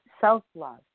self-love